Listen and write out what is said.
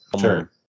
Sure